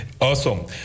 Awesome